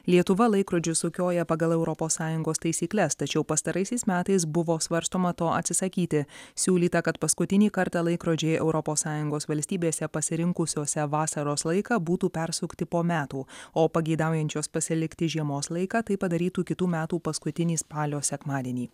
lietuva laikrodžius sukioja pagal europos sąjungos taisykles tačiau pastaraisiais metais buvo svarstoma to atsisakyti siūlyta kad paskutinį kartą laikrodžiai europos sąjungos valstybėse pasirinkusiose vasaros laiką būtų persukti po metų o pageidaujančios pasilikti žiemos laiką tai padarytų kitų metų paskutinį spalio sekmadienį